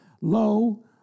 low